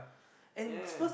yeah